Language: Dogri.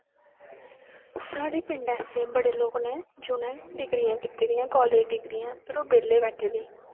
साढ़े पिंड ऐसे बड़े लोक न जूनें डिग्रियां कीती दियां कालेज़ डिग्रियां पर ओह् बेह्ले बैठे दे